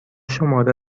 شماره